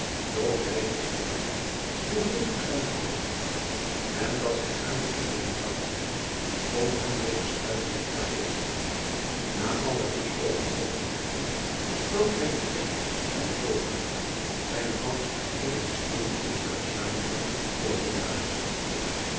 doch hij wist te gelijk hoe redelijk zijne ouders dachten en dat zij gaarne genegen zouden zijn om hem deze struikeling te vergeven a alles dus overwogen te hebben besloot hij opregt en gulhartig zijne ouders de geheele historie in haren zamenhang voor te dragen